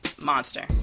monster